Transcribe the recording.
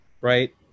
right